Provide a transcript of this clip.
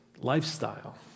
lifestyle